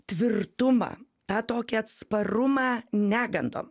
tvirtumą tą tokį atsparumą negandom